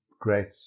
great